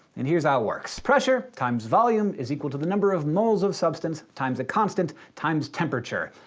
and here's how it works pressure times volume is equal to the number of moles of substances times a constant times temperature.